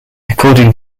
according